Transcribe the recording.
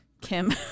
Kim